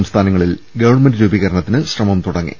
സംസ്ഥാനങ്ങളിൽ ഗവൺമെന്റ് രൂപ്പീകരണത്തിന് ശ്രമം തുടങ്ങി